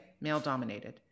male-dominated